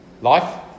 Life